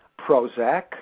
Prozac